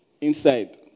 Inside